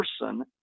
person